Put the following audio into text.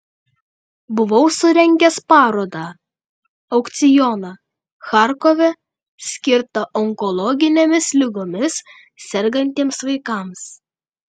buvau surengęs parodą aukcioną charkove skirtą onkologinėmis ligomis sergantiems vaikams